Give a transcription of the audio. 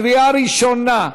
קריאה ראשונה.